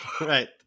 right